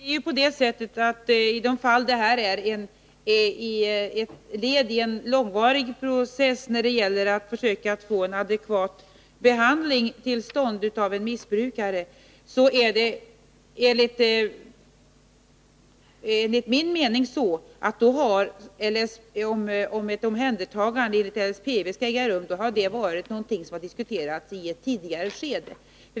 Fru talman! Ansökan om vård enligt LVM är ju ett led i en långvarig process när det gäller att försöka få till stånd en adekvat behandling av missbrukare. Om ett omhändertagande enligt LSPV skall äga rum, gäller det någonting som har diskuterats i ett tidigare skede.